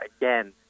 again